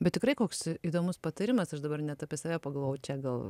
bet tikrai koks įdomus patarimas aš dabar net apie save pagalvojau čia gal